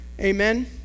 Amen